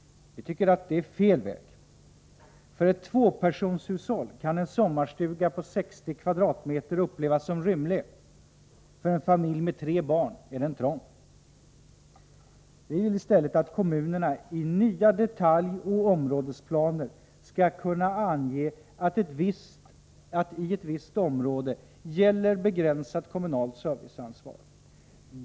Vi tycker detta är fel väg. För ett tvåpersonshushåll kan en sommarstuga på 60 m? upplevas som rymlig. För en familj med tre barn är den trång. Vi villi stället att kommunerna i nya detaljoch områdesplaner skall kunna ange att i visst område begränsat kommunalt serviceansvar gäller.